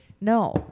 No